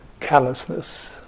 Callousness